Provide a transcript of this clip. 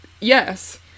Yes